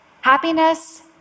Happiness